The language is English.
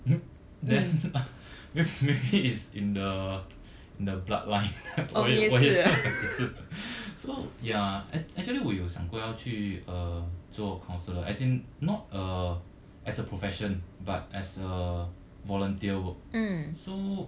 maybe is in the in the bloodline 我也我也是 so ya I actually 我有想过要去 uh 做 counsellor as in not a as a profession but as a volunteer work so